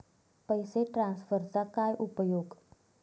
पैसे ट्रान्सफरचा काय उपयोग?